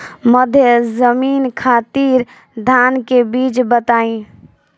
मध्य जमीन खातिर धान के बीज बताई?